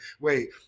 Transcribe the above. wait